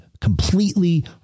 completely